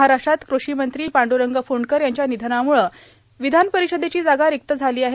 महाराष्ट्रात क्रषिमंत्री पांड्ररंग फुंडकर यांच्या निधनामुळं विधान परिषदेची जागा रिक्त झाली आहे